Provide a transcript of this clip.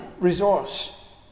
resource